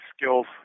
skills